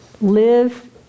Live